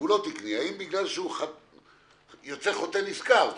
יוצא חוטא נשכר.